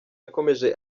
yakomeje